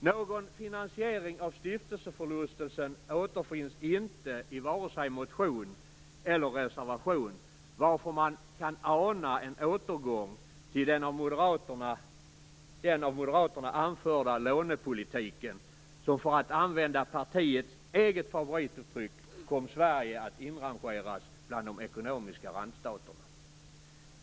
Någon finansiering av stiftelseförlusten återfinns inte i vare sig motion eller reservation, varför man kan ana en återgång till den av moderaterna anförda lånepolitiken som, för att använda partiets eget favorituttryck, kom Sverige att inrangeras bland de ekonomiska randstaterna.